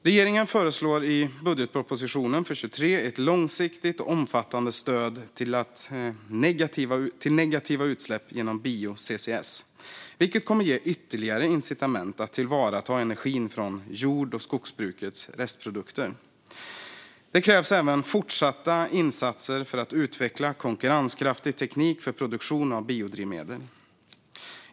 Regeringen föreslår i budgetpropositionen för 2023 ett långsiktigt och omfattande stöd till negativa utsläpp genom bio-CCS, vilket kommer att ge ytterligare incitament att tillvarata energin från jord och skogsbrukets restprodukter. Det krävs även fortsatta insatser för att utveckla konkurrenskraftig teknik för produktion av biodrivmedel.